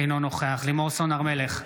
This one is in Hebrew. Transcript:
אינו נוכח לימור סון הר מלך,